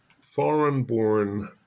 foreign-born